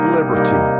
liberty